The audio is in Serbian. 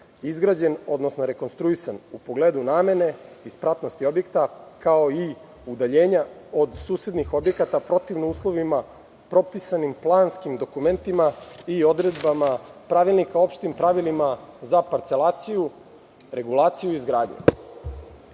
izgrađen, odnosno rekonstruisan u pogledu namene i spratnosti objekta, kao i udaljenja od susednih objekata protivno uslovima propisanim planskim dokumentima i odredbama Pravilnika o opštim pravilima za parcelaciju, regulaciju i